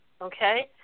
Okay